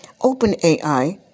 OpenAI